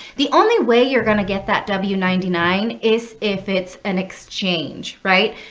the only way you're going to get that w ninety nine is if it's an exchange, right?